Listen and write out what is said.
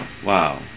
Wow